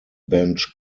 bench